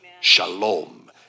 Shalom